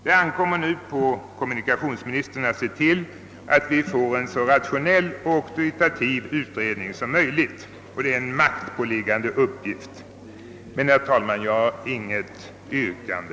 Det ankommer nu på kommunikationsministern att se till att vi får en så rationell och auktoritativ utredning som möjligt, och det är en maktpåliggande uppgift för honom. Herr talman! Jag har intet yrkande.